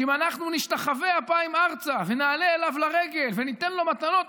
שאם אנחנו נשתחווה אפיים ארצה ונעלה אליו לרגל וניתן לו מתנות,